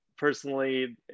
personally